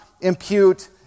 impute